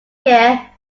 year